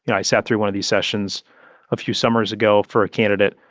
yeah i sat through one of these sessions a few summers ago for a candidate.